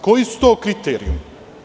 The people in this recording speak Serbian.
Koji su to kriterijumi?